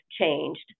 changed